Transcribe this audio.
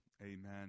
Amen